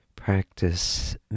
practice